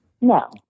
No